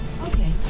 Okay